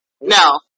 no